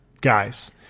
guys